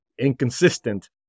inconsistent